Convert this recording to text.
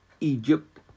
Egypt